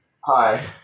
Hi